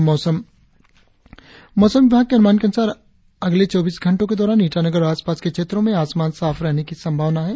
और अब मौसम मौसम विभाग के अनुमान के अनुसार अगले चौबीस घंटो के दौरान ईटानगर और आसपास के क्षेत्रो में आसमान साफ रहने की संभावना है